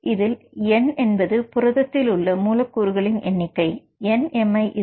இதில் n என்பது புரதத்தில் உள்ள மூலக்கூறுகளின் எண்ணிக்கை nmi 1